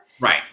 Right